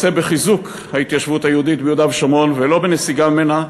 רוצה בחיזוק ההתיישבות היהודית ביהודה ושומרון ולא בנסיגה מהם.